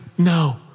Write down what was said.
No